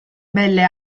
belle